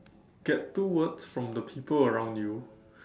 get two words from the people around you